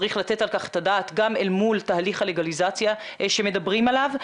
צריך לתת על כך את הדעת גם אל מול תהליך הלגליזציה שמדברים עליו.